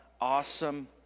awesome